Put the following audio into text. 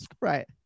right